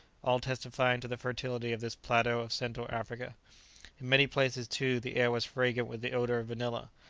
all testifying to the fertility of this plateau of central africa. in many places, too, the air was fragrant with the odour of vanilla,